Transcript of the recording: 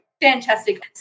Fantastic